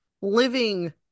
living